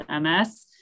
MS